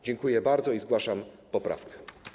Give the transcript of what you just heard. Dziękuję bardzo i zgłaszam poprawkę.